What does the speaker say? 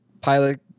pilot